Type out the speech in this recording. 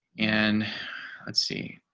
and let's see,